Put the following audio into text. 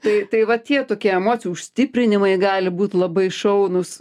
tai tai va tie tokie emocijų užstiprinimai gali būt labai šaunūs